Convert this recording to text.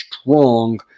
strong